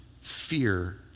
fear